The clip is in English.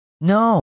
No